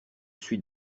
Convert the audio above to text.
suis